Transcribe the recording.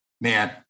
man